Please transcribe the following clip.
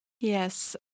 Yes